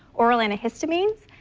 oral antihistamines,